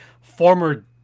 former